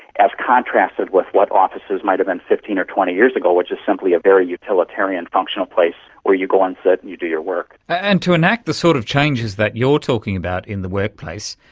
as contrasted with what offices might have been fifteen or twenty years ago, which is simply a very utilitarian, functional place where you go and sit and you do your work. and to enact the sort of changes that you're talking about in the workplace,